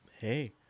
Hey